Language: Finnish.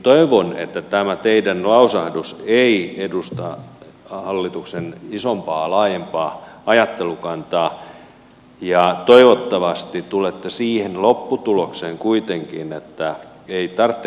toivon että tämä teidän lausahduksenne ei edusta hallituksen isompaa laajempaa ajattelukantaa ja toivottavasti tulette siihen lopputulokseen kuitenkin että ei tarvitse keksiä